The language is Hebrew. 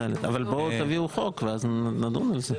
אבל תביאו את החוק ואז נדון בזה,